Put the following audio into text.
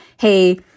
hey